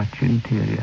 interior